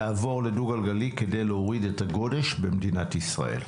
על מנת לעבור לדו גלגלי כדי להוריד את הגודש במדינת ישראל?